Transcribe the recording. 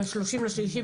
ב-30 ביוני,